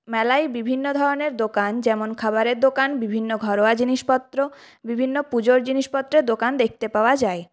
মেলায় বিভিন্ন ধরনের দোকান যেমন খাবারের দোকান বিভিন্ন ঘরোয়া জিনিসপত্র বিভিন্ন পুজোর জিনিসপত্রের দোকান দেখতে পাওয়া যায়